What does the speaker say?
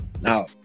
Now